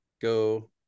go